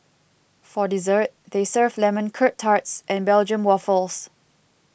for dessert they serve Lemon Curt Tarts and Belgium Waffles